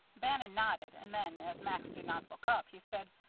bannon nodded and then, as max did not look up, he said,